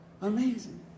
Amazing